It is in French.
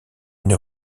une